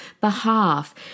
behalf